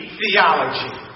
theology